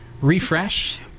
refresh